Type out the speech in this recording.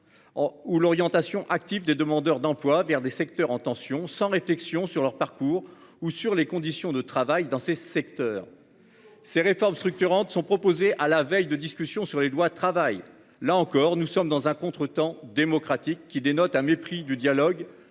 Ou l'orientation active des demandeurs d'emploi vers des secteurs en tension sans réflexion sur leur parcours ou sur les conditions de travail dans ces secteurs. Ces réformes structurantes sont proposés à la veille de discussions sur les lois travail là encore nous sommes dans un contretemps démocratique qui dénote un mépris du dialogue